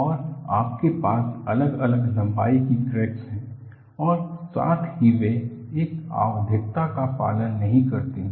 और आपके पास अलग अलग लंबाई की क्रैक्स हैं और साथ ही वे एक आवधिकता का पालन नहीं करते हैं